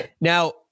now